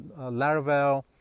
Laravel